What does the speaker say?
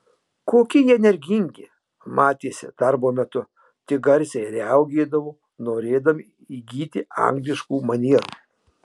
kokie jie energingi matėsi darbo metu tik garsiai riaugėdavo norėdami įgyti angliškų manierų